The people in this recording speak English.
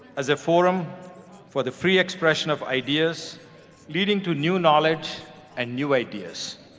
as a forum for the free expression of ideas leading to new knowledge and new ideas.